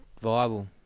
viable